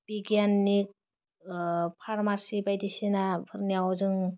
बिगियाननि ओह फारमासि बायदिसिना फोरनियाव जों